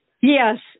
Yes